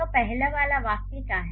तो पहले वाला क्या है